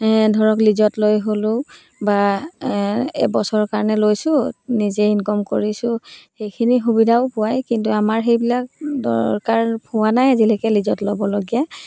ধৰক লিজত লৈ হ'লোঁ বা এবছৰৰ কাৰণে লৈছোঁ নিজেই ইনকম কৰিছোঁ সেইখিনি সুবিধাও পোৱাই কিন্তু আমাৰ সেইবিলাক দৰকাৰ হোৱা নাই আজিলৈকে লিজত ল'বলগীয়া